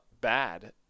bad